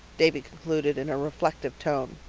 davy concluded in a reflective tone.